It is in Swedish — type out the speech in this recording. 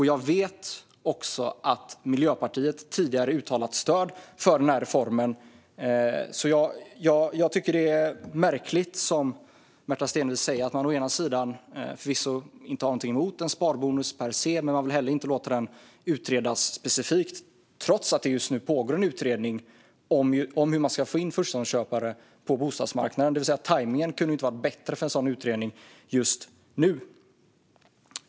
Jag vet också att Miljöpartiet tidigare har uttalat stöd för den här reformen. Därför tycker jag att det är märkligt att man, som Märta Stenevi säger, å ena sidan förvisso inte har någonting emot en sparbonus per se men å andra sidan inte vill låta den utredas specifikt, trots att det just nu pågår en utredning om hur man ska få in förstagångsköpare på bostadsmarknaden. Tajmningen kunde inte vara bättre för en sådan utredning.